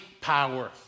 power